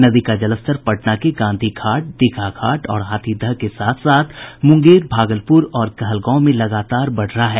नदी का जलस्तर पटना के गांधी घाट दीघा घाट और हाथीदह के साथ साथ मूंगेर भागलपूर और कहलगांव में लगातार बढ़ रहा है